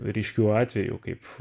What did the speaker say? ryškių atvejų kaip